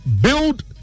Build